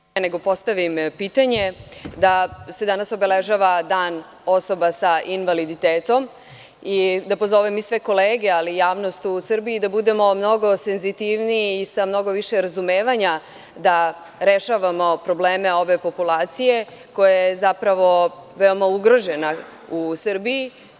Želim još jednom da podsetim javnost, pre nego postavim pitanje, da se danas obeležava Dan osoba sa invaliditetom i da pozovem sve kolege, ali i javnost u Srbiji, da budemo mnogo senzitivniji i sa mnogo više razumevanja da rešavamo probleme ove populacije koja je zapravo veoma ugrožena u Srbiji.